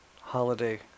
holiday